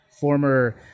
former